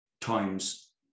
times